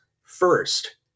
First